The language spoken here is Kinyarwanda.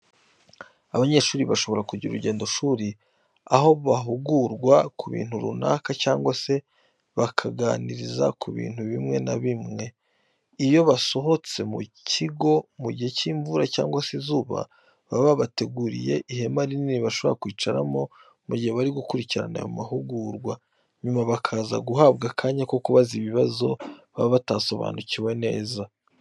Abanyeshuri bashobora kugira urugendoshuri aho bahugurwa ku bintu runaka cyangwa se bakabaganiriza ku bintu bimwe na bimwe. Iyo basohotse mu kigo mu gihe cy'imvura cyangwa se izuba baba babateguriye ihema rinini bashobora kwicaramo mu gihe bari gukurikirana ayo mahugurwa, hanyuma bakaza guhabwa akanya ko kubaza ibibazo baba batasobanukiwe neza.